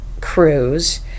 cruise